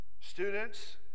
Students